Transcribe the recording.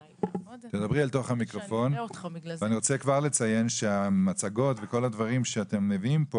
אני רוצה לציין שכל המצגות שאתם מביאים,